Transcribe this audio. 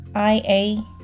IA